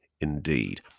indeed